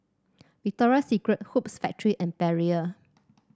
Victoria Secret Hoops Factory and Perrier